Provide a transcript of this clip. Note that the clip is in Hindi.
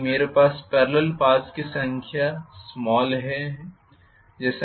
यदि मेरे पास पेरलल पाथ्स की संख्या a है